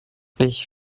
ich